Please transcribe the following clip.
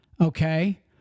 Okay